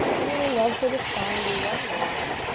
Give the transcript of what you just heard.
little love for the spine, do one more.